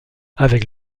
avec